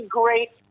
great